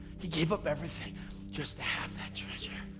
he gave up everything just to have that treasure.